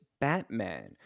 Batman